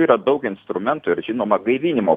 yra daug instrumentų ir žinoma gaivinimo